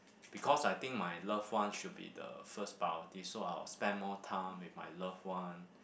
because I think my love one should be the first priority so I will spend more time with my love one